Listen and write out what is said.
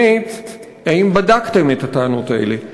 שנית, האם בדקתם את הטענות האלה?